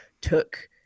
took